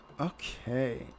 Okay